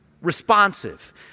Responsive